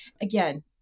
Again